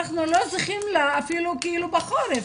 אפילו כאילו בחורף,